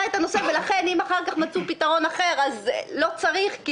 את הנושא ולכן אם אחר כך מצאו פתרון אחר אז לא צריך,